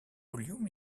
volume